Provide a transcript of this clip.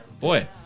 Boy